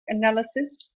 analysis